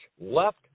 left